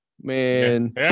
Man